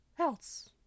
else